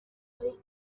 ari